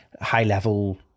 high-level